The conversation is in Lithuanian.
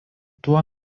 tuo